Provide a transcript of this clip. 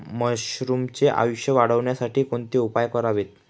मशरुमचे आयुष्य वाढवण्यासाठी कोणते उपाय करावेत?